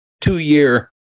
two-year